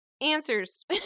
answers